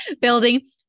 building